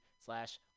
slash